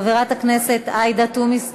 חברת הכנסת עאידה תומא סלימאן,